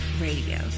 Radio